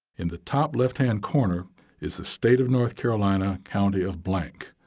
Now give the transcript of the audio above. in the top left hand corner is the state of north carolina, county of blank.